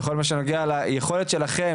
בכל הנוגע ליכולת שלכם,